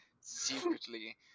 Secretly